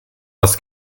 das